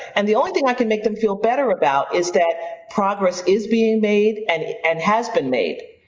and the only thing i can make them feel better about is that progress is being made and and has been made,